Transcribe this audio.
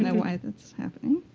and why that's happening.